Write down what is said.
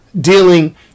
dealing